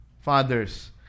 fathers